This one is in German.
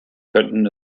könnten